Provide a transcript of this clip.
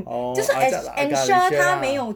orh agar agaration lah